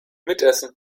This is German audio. mitessen